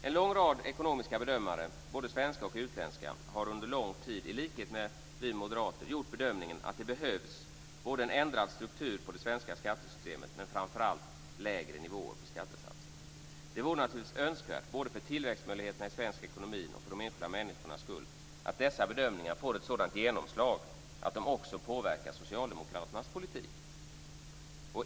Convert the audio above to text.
En lång rad ekonomiska bedömare, både svenska och utländska, har under lång tid, i likhet med oss moderater, gjort bedömningen att det behövs en ändrad struktur på det svenska skattesystemet men framför allt lägre nivåer på skattesatserna. Det vore naturligtvis önskvärt både för tillväxtmöjligheterna i svensk ekonomi och för de enskilda människornas skull att dessa bedömningar får ett sådant genomslag att de också påverkar socialdemokraternas politik.